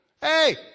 hey